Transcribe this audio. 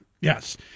Yes